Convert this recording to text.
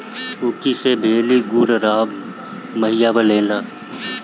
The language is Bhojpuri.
ऊखी से भेली, गुड़, राब, माहिया बनेला